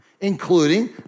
including